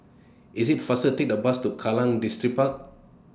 IS IT faster to Take The Bus to Kallang Distripark